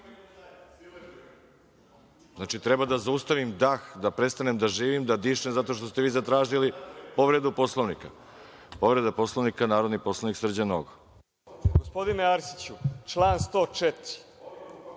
Znači, treba da zaustavim dah, da prestanem da živim, da dišem zato što ste vi zatražili povredu Poslovnika. Reč ima narodni poslanik Srđan